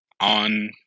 on